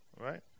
Right